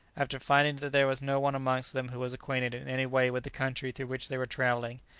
after finding that there was no one amongst them who was acquainted in any way with the country through which they were travelling,